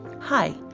Hi